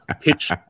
Pitch